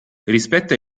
rispetta